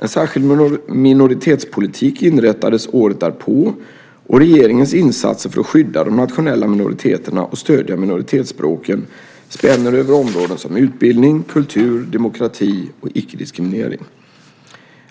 En särskild minoritetspolitik inrättades året därpå och regeringens insatser för att skydda de nationella minoriteterna och stödja minoritetsspråken spänner över områden såsom utbildning, kultur, demokrati samt icke-diskriminering.